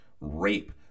rape